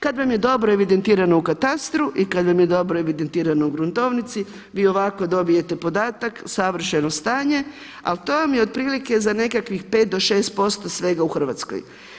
Kad vam je dobro evidentirano u katastru i kad vam je dobro evidentirano u gruntovnici vi ovako dobijete podatak, savršeno stanje a to vam je otprilike za nekakvih 5 do 6% svega u Hrvatskoj.